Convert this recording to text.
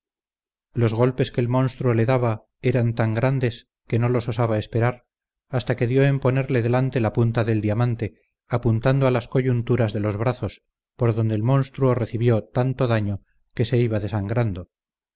los golpes que el monstruo le daba eran tan pesados que no los osaba esperar hasta que dio en ponerle delante la punta del diamante apuntando a las coyunturas de los brazos por donde el monstruo recibió tanto daño que se iba desangrando